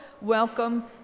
welcome